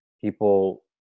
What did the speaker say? people